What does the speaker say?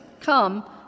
come